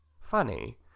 funny